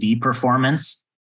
Performance